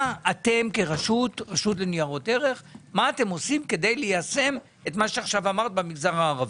מה אתם כרשות לניירות ערך עושים כדי ליישם את מה שאמרת במגזר הערבי?